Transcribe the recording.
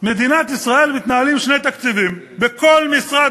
מדינת ישראל מתנהלים שני תקציבים: בכל משרד